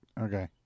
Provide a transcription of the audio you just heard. okay